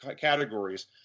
categories